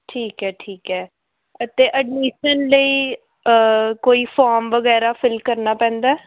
ਠੀਕ ਹੈ ਠੀਕ ਹੈ ਅਤੇ ਐਡਮਿਸ਼ਨ ਲਈ ਕੋਈ ਫੋਰਮ ਵਗੈਰਾ ਫਿਲ ਕਰਨਾ ਪੈਂਦਾ